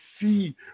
see